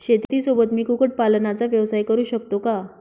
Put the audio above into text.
शेतीसोबत मी कुक्कुटपालनाचा व्यवसाय करु शकतो का?